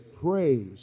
praise